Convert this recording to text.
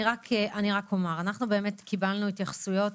אני רק אומר, אנחנו קיבלנו התייחסויות